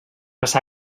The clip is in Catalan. passà